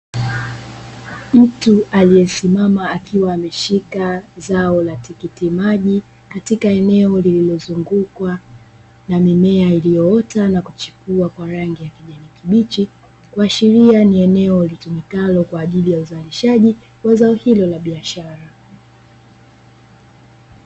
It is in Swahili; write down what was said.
Mtu aliyesimama akiwa ameshika zao la tikiti maji, katika eneo lililozungukwa na mimea iliyoota na kuchipua kwa rangi ya kijani kibichi kuasheria ni eneo ulitumikalo kwa ajili ya uzalishaji wa zao hilo la biashara.